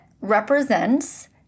represents